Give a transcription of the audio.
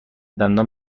دندان